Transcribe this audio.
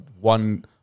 one